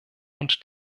und